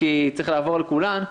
כי צריך לעבור על כולן,